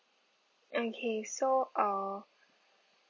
okay so uh